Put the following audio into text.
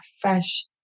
fresh